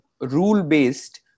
rule-based